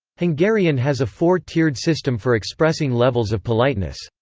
hungarian has a four-tiered system for expressing levels of politeness.